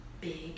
big